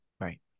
Right